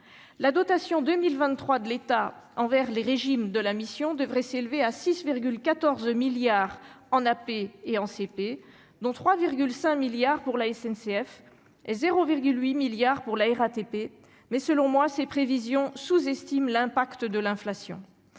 la dotation 2023 de l'État envers les régimes de la mission devrait s'élever à 6 14 milliards en AP et en CP, dont 3 5 milliards pour la SNCF et 0,8 milliards pour la RATP, mais selon moi, ces prévisions sous-estime l'impact de l'inflation,